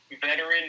veteran